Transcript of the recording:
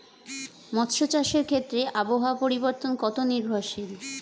মৎস্য চাষের ক্ষেত্রে আবহাওয়া পরিবর্তন কত নির্ভরশীল?